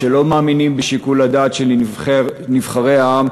שלא מאמינים בשיקול הדעת של נבחרי העם,